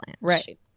Right